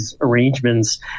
arrangements